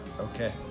okay